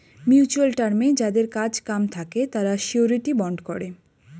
mutual টার্মে যাদের কাজ কাম থাকে তারা শিউরিটি বন্ড করে